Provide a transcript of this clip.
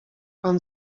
pan